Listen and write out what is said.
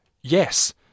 yes